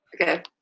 Okay